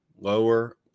Lower